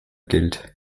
gilt